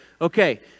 okay